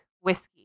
whiskey